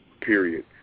Period